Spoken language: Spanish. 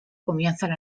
comienzan